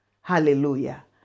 hallelujah